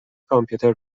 کامپیوتر